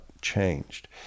changed